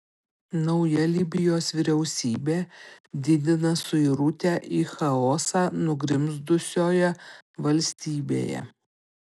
nauja libijos vyriausybė didina suirutę į chaosą nugrimzdusioje valstybėje